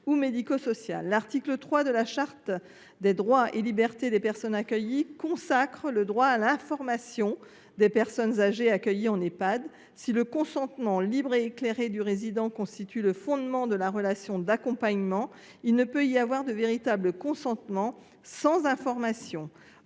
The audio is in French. ou médico social. L’article 3 de la charte des droits et des libertés de la personne accueillie en établissement consacre le droit à l’information des personnes âgées accueillies en Ehpad. Si le consentement libre et éclairé du résident constitue le fondement de la relation d’accompagnement, il ne peut y avoir de véritable consentement sans information.